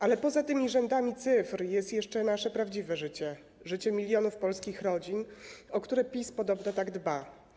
Ale poza tymi rzędami cyfr jest jeszcze nasze prawdziwe życie, życie milionów polskich rodzin, o które PiS podobno tak dba.